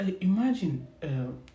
imagine